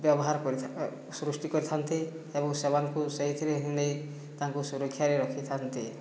ବ୍ୟବହାର ସୃଷ୍ଟି କରିଥାନ୍ତି ଏବଂ ସେମାନଙ୍କୁ ସେହିଥିରେ ହିଁ ନେଇ ତାଙ୍କୁ ସୁରକ୍ଷାରେ ରଖିଥାନ୍ତି